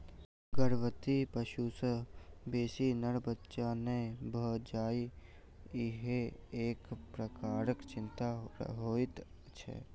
गर्भवती पशु सॅ बेसी नर बच्चा नै भ जाय ईहो एक प्रकारक चिंता होइत छै